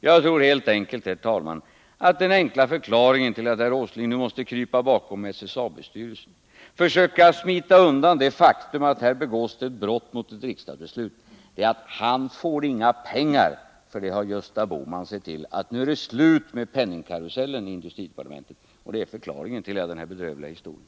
Jag tror, herr talman, att den enkla förklaringen till att herr Åsling nu måste krypa bakom SSAB-styrelsen och försöka smita undan det faktum att här begås ett brott mot ett riksdagsbeslut, det är att han inte får några pengar. Gösta Bohman har sett till att nu är det slut med penningkarusellen i industridepartementet. Det är förklaringen till hela den här bedrövliga historien.